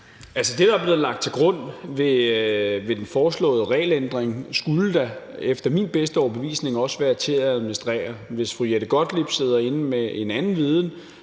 Det, der er blevet lagt til grund ved den foreslåede regelændring, skulle da efter min bedste overbevisning også være til at administrere. Hvis fru Jette Gottlieb sidder inde med en anden viden,